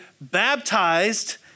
Baptized